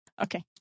Okay